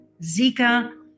Zika